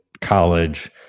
college